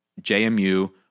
JMU